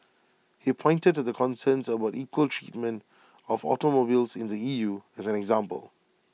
he pointed to concerns about equal treatment of automobiles in the E U as an example